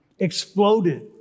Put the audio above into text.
exploded